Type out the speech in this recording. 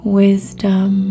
wisdom